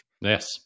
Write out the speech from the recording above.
Yes